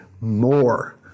more